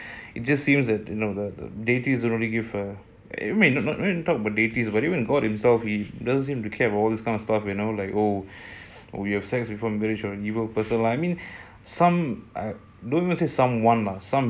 it just seems that you know the the deities don't really give a F I mean god himself he doesn't seem to care for all this kind of stuff you know like oh we have sex before marriage oh I mean some don't even say someone lah